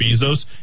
Bezos